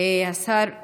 עברה בקריאה ראשונה,